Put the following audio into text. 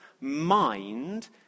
mind